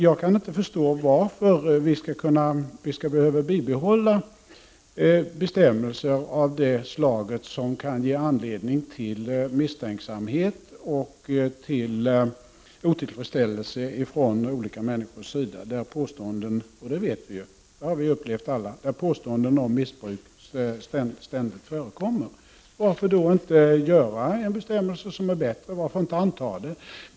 Jag kan inte förstå varför vi skall behöva bibehålla bestämmelser av det slag som kan ge anledning till misstänksamhet och till otillfredsställelse hos olika människor eftersom påståenden om missbruk — det vet vi ju alla — ständigt förekommer. Varför då inte införa en bättre bestämmelse? Varför inte anta förslaget?